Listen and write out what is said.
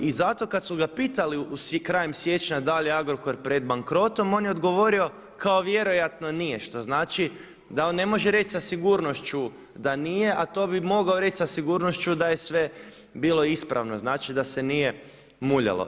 I zato kada su ga pitali krajem siječnja da li je Agrokor pred bankrotom, on je odgovorio kao vjerojatno nije, što znači da on ne može reći sa sigurnošću da nije, a to bi mogao reći sa sigurnošću da je sve bilo ispravno, znači da se nije muljalo.